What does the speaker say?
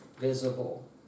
visible